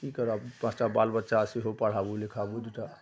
कि करब पाँच टा बाल बच्चा सेहो पढ़ाबै लिखाबै छी तऽ